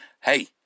Hey